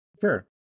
Sure